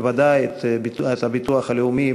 ובוודאי את הביטוח הלאומי,